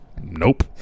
nope